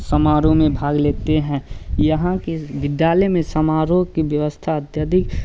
समारोह में भाग लेते हैं यहाँ के व्यवस्था में समारोह की ब्यवस्था अत्यधिक